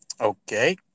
Okay